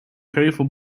gevel